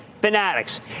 Fanatics